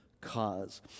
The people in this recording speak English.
cause